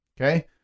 Okay